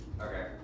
Okay